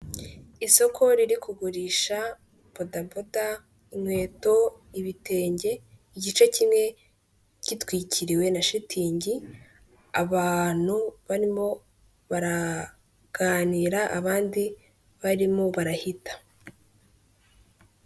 Isoko riri kugurisha bodaboda, inkweto, ibitenge igice kimwe gitwikiriwe na shitingi abantu barimo baraganira abandi barimo barahita.